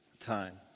time